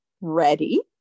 ready